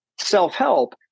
self-help